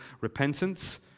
repentance